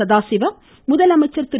சதாசிவம் முதலமைச்சர் திரு